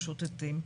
משוטטים.